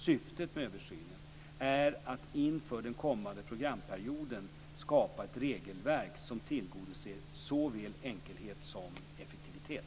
Syftet med översynen är att inför den kommande programperioden skapa ett regelverk som tillgodoser såväl enkelhet som effektivitet.